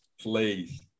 Please